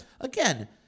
Again